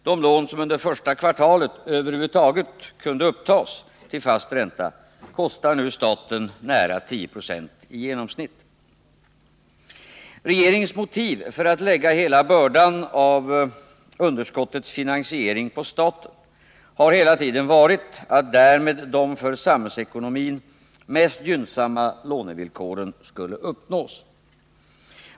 De lån som under första kvartalet över huvud taget kunde upptas till fast ränta kostar nu staten nära 10 90 i att minska utlandsupplåningen att minska utlandsupplåningen Regeringens motiv för att lägga hela bördan av underskottets finansiering på staten har hela tiden varit att de för samhällsekonomin mest gynnsamma lånevillkoren därmed skulle uppnås.